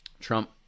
Trump